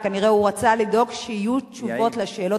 כנראה הוא רצה לדאוג שיהיו תשובות לשאלות